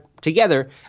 together